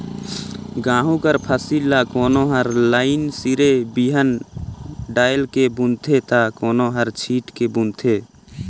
गहूँ कर फसिल ल कोनो हर लाईन सिरे बीहन डाएल के बूनथे ता कोनो हर छींट के बूनथे